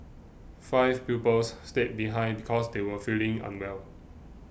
five pupils stayed behind because they were feeling unwell